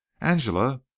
Angela